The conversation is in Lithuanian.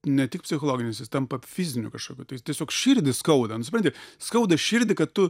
ne tik psichologinis jis tampa fiziniu kažkokiu tai tiesiog širdį skauda nu supranti skauda širdį kad tu